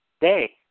day